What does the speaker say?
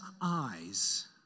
eyes